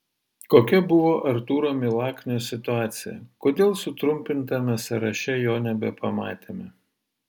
kokia buvo artūro milaknio situacija kodėl sutrumpintame sąraše jo nebepamatėme